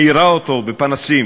מאירה אותו בפנסים